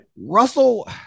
Russell